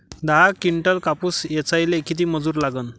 दहा किंटल कापूस ऐचायले किती मजूरी लागन?